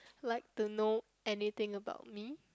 like to know anything about me